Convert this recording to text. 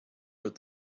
would